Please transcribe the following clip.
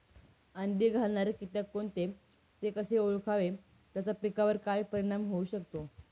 अंडी घालणारे किटक कोणते, ते कसे ओळखावे त्याचा पिकावर काय परिणाम होऊ शकतो?